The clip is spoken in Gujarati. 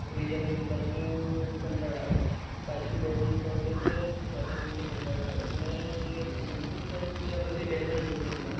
ત્રીજા દિવસે પાછું કંટાળો આવે પાછું બે દિવસ ત્રણ દિવસ કરે ચોથા દિવસે કંટાળો આવે એટલે જે કન્સિસ્ટંટલી આપણાથી બેસાઈ નહીં ધ્યાનમાં